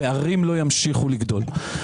הפערים לא ימשיכו לגדול.